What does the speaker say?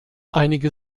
einige